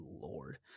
lord